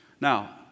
Now